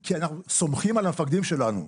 כי אנחנו סומכים על המפקדים שלנו,